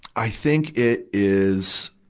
i think it is,